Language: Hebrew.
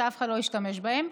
אף אחד לא השתמש בהם.